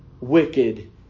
wicked